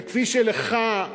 וכפי שלך,